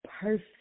perfect